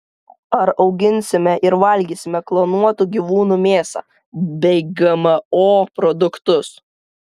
ar auginsime ir valgysime klonuotų gyvūnų mėsą bei gmo produktus